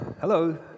Hello